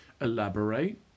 elaborate